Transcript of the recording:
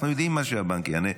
אנחנו יודעים מה הבנק יענה.